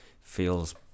feels